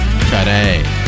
today